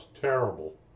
terrible